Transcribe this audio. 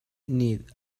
need